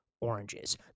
Oranges